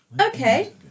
okay